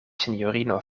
sinjorino